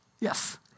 Yes